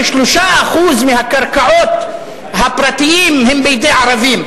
ש-3% מהקרקעות הפרטיות הם בידי ערבים,